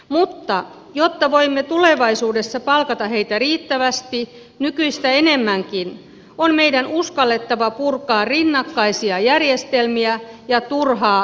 mutta jotta voimme tulevaisuudessa palkata heitä riittävästi nykyistä enemmänkin on meidän uskallettava purkaa rinnakkaisia järjestelmiä ja turhaa byrokratiaa